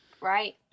Right